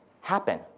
happen